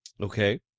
Okay